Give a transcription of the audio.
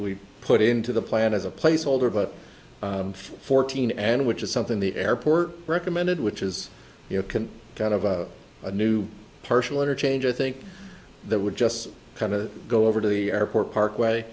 put into the plan as a placeholder but fourteen and which is something the airport recommended which is you know can kind of a new partial interchange i think that would just kind of go over to the airport parkway